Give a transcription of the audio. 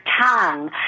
tongue